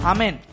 Amen